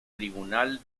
tribunal